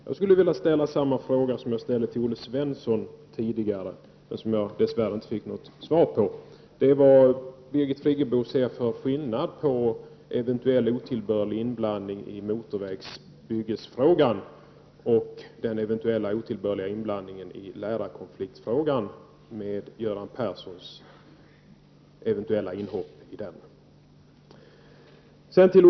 Jag skulle vilja ställa samma fråga som jag ställde till Olle Svensson tidigare, men som jag dess värre inte fick något svar på: Vilken skillnad ser Birgit Friggebo mellan en eventuell, otillbörlig inblandning i motorvägsfrågan och den eventuella otillbörliga inblandningen av Göran Persson i lärarkonfliktsfrågan?